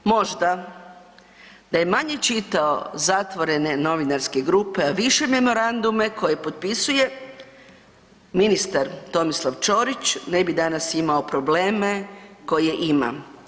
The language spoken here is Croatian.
Možda da je manje čitao zatvorene novinarske grupe, a više memorandume koje potpisuje ministar Tomislav Ćorić ne bi danas imao probleme koje ima.